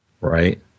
Right